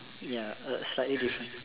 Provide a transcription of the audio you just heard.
ya uh slightly different